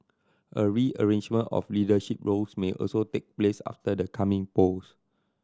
a rearrangement of leadership roles may also take place after the coming polls